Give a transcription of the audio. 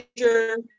major